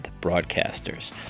broadcasters